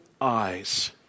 eyes